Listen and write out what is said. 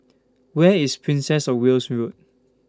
Where IS Princess of Wales Road